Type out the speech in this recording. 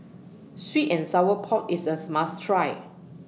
Sweet and Sour Pork IS US must Try